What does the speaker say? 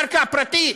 על קרקע פרטית.